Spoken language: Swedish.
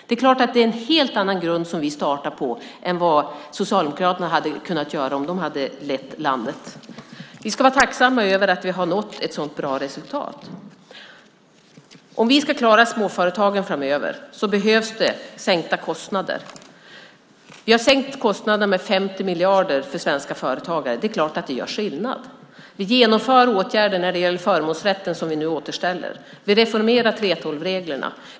Det är en helt annan grund som vi startar på än vad Socialdemokraterna hade kunnat göra om de hade lett landet. Vi ska vara tacksamma över att vi har nått ett så bra resultat. Om vi ska klara småföretagen framöver behövs det sänkta kostnader. Vi har sänkt kostnaderna med 50 miljarder för svenska företagare. Det är klart att det gör skillnad. Vi vidtar åtgärder när det gäller förmånsrätten, som vi nu återställer. Vi reformerar 3:12-reglerna.